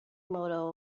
moto